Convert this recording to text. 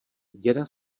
děda